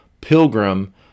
pilgrim